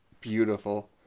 beautiful